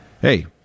Hey